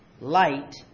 light